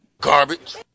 garbage